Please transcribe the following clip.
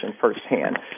firsthand